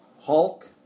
Hulk